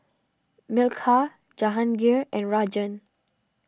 Milkha Jahangir and Rajan